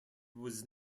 was